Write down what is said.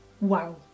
Wow